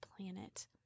planet